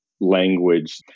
language